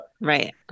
Right